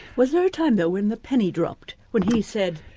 was there a time though when the penny dropped, when he said,